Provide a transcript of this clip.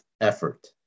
effort